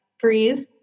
breathe